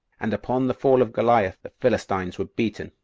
and upon the fall of goliath the philistines were beaten,